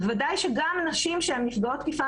בוודאי שגם עבור נשים שהן נפגעות תקיפה